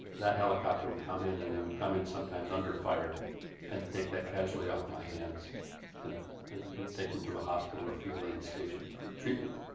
that helicopter would come in and they would come in sometimes under fire and take that casualty off my hands and and and take them to a hospital or field aid station for treatment.